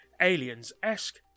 Aliens-esque